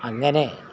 അങ്ങനെ